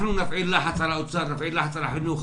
אנחנו נפעיל לחץ על האוצר ונפעיל לחץ על החינוך,